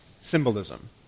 symbolism